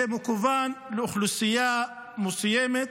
זה מכוון לאוכלוסייה מסוימת.